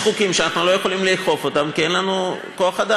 יש חוקים שאנחנו לא יכולים לאכוף כי אין לנו כוח-אדם,